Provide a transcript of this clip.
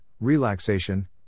relaxation